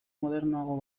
modernoago